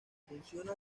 funciona